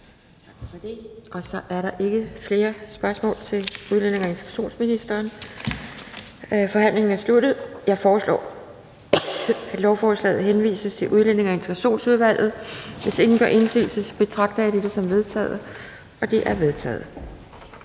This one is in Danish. Tak for det. Så er der ikke flere spørgsmål til udlændinge- og integrationsministeren. Forhandlingen er sluttet. Jeg foreslår, at lovforslaget henvises til Udlændinge- og Integrationsudvalget. Hvis ingen gør indsigelse, betragter jeg dette som vedtaget. Det er vedtaget.